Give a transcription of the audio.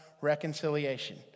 reconciliation